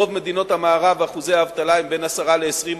ברוב מדינות המערב שיעורי האבטלה הם בין 10% ל-20%,